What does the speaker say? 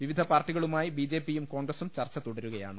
വിവിധ പാർട്ടികളു മായി ബി ജെപിയും കോൺഗ്രസും ചർച്ച തുടരുക യാണ്